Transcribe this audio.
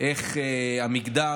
איך המגדר